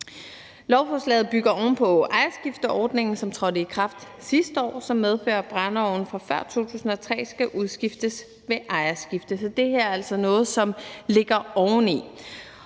Lovforslaget bygger oven på ejerskifteordningen, som trådte i kraft sidste år, som medfører, at brændeovne fra før 2003 skal udskiftes ved ejerskifte. Det her er altså noget, der er lagt oveni.